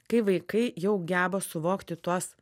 kai vaikai jau geba suvokti tuos